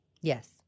Yes